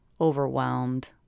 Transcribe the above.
overwhelmed